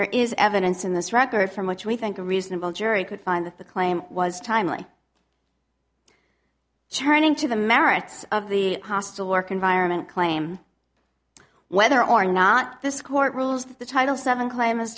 there is evidence in this record from which we think a reasonable jury could find that the claim was timely churning to the merits of the hostile work environment claim whether or not this court rules the title seven claim